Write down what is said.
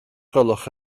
gwelwch